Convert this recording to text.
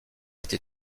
été